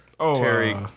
Terry